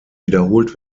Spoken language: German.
wiederholt